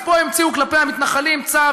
אז פה המציאו כלפי המתנחלים צו,